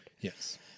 Yes